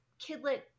kidlit